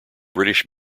british